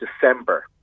December